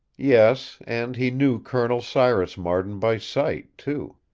yes, and he knew col. cyrus marden by sight, too.